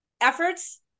efforts